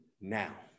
now